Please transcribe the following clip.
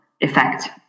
effect